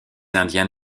indiens